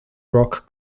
rock